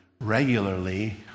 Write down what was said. regularly